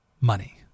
money